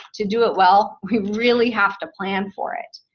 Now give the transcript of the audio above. to do it well, we really have to plan for it.